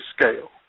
scale